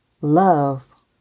love